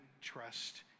trust